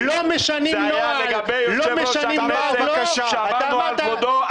זה היה לגבי יושב-ראש --- שמרנו על כבודו.